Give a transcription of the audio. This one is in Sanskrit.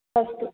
अस्तु